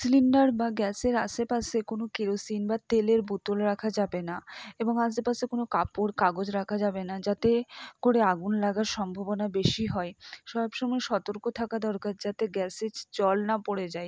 cylinder বা গ্যাসের আশেপাশে কোনো কেরোসিন বা তেলের বোতল রাখা যাবে না এবং আশেপাশে কোনো কাপড় কাগজ রাখা যাবে না যাতে করে আগুন লাগার সম্ভাবনা বেশি হয় সবসময় সতর্ক থাকা দরকার যাতে গ্যাসে জল না পড়ে যায়